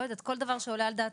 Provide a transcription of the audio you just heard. לא יודעת, כל דבר שעולה על דעתך,